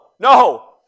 No